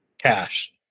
cash